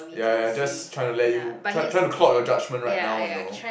yeah yeah just trying to let you trying trying to cloud your judgement right now you know